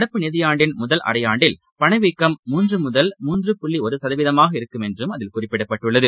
நடப்பு நிதியாண்டின் முதல் அரைஆண்டில் பணவீக்கம் மூன்றுமுதல் மூன்று புள்ளிஒருசதவீதமாக இருக்கும் என்றும் அதில் குறிப்பிடப்பட்டுள்ளது